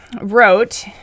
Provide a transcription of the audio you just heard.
wrote